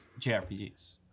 JRPGs